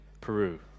Peru